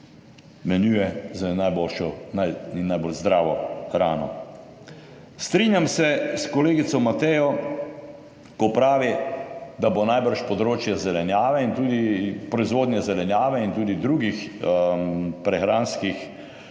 in najbolj zdravo hrano. Strinjam se s kolegico Matejo, ko pravi, da bo najbrž področje zelenjave in tudi proizvodnje zelenjave in tudi drugih prehranskih